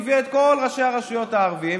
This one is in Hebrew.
הביאה את כל ראשי הרשויות הערבים,